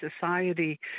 society